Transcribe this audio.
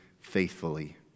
faithfully